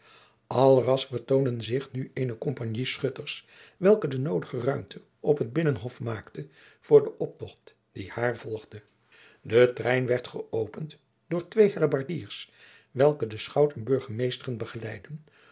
al ras vertoonden zich nu eene kompagnie schutters welke de noodige ruimte op het binnenhof maakte voor den optocht die haar volgde de trein werd gëopend door twee hellebardiers welke den schout en burgemeesteren begeleiden